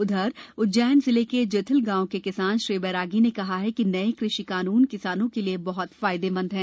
उधरउज्जैन जिले के जेथल गांव के किसान श्री बैरागी ने कहा है कि नए कृषि कानून किसानों के बहत फायदेमंद है